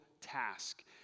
task